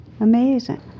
Amazing